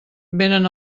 vénen